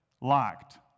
locked